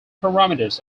parameters